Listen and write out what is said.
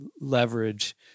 leverage